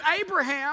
Abraham